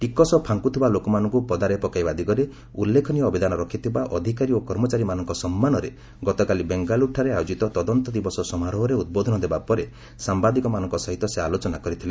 ଟିକସ ଫାଙ୍କୁଥିବା ଲୋକମାନଙ୍କୁ ପଦାରେ ପକାଇବା ଦିଗରେ ଉଲ୍ଲେଖନୀୟ ଅବଦାନ ରଖିଥିବା ଅଧିକାରୀ ଓ କର୍ମଚାରୀମାନଙ୍କ ସମ୍ମାନରେ ଗତକାଲି ବେଙ୍ଗାଲୁରୁଠାରେ ଆୟୋକିତ ତଦନ୍ତ ଦିବସ ସମାରୋହରେ ଉଦ୍ବୋଧନ ଦେବା ପରେ ସାମ୍ବାଦିକମାନଙ୍କ ସହିତ ସେ ଆଲୋଚନା କରିଥିଲେ